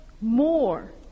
more